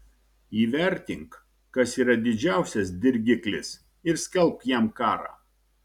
įvertink kas yra didžiausias dirgiklis ir skelbk jam karą